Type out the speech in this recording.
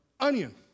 Onion